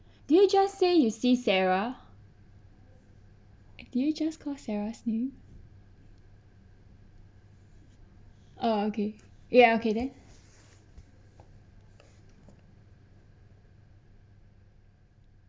did you just say you see sarah did you just call sarah's name oh okay ya okay then